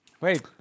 Wait